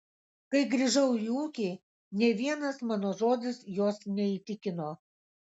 kai grįžau į ūkį nė vienas mano žodis jos neįtikino